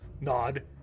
nod